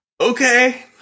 okay